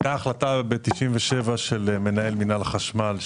הייתה החלטה ב-97' של מנהל מינהל החשמל,